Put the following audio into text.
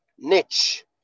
niche